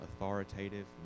authoritative